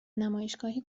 نمایشگاهی